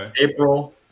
April